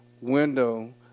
window